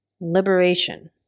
liberation